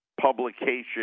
publication